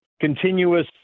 continuous